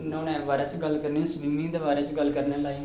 न्हौने दे बारे च गल्ल करनेआं स्वीमिंग दे बारे च गल्ल करनेआं